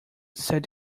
said